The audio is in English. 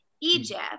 Egypt